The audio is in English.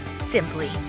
Simply